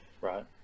Right